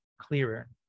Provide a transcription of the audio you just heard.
clearer